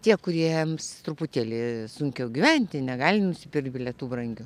tie kuriems truputėlį sunkiau gyventi negali nusipirkti bilietų brangių